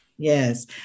Yes